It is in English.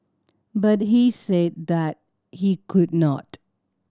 but he said that he could not